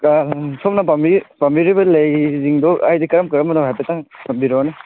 ꯀꯌꯥꯝ ꯁꯣꯝꯅ ꯄꯥꯝꯕꯤꯔꯤ ꯄꯥꯝꯕꯤꯔꯤꯕ ꯂꯩꯁꯤꯡꯗꯣ ꯍꯥꯏꯗꯤ ꯀꯔꯝ ꯀꯔꯝꯕꯅꯣ ꯍꯥꯏꯐꯦꯠꯇꯪ ꯊꯝꯕꯤꯔꯛꯑꯣꯅꯦ